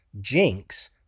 Jinx